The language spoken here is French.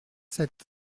sept